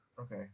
Okay